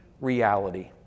reality